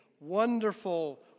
wonderful